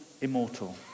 immortal